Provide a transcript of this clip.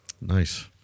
nice